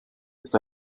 ist